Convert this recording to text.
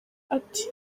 ati